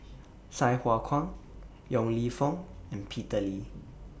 Sai Hua Kuan Yong Lew Foong and Peter Lee